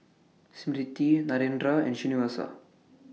Smriti Narendra and Srinivasa